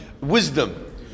wisdom